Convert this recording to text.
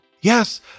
Yes